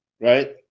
right